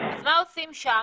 אז מה עושים שם?